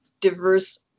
diverse